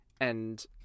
and-